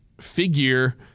figure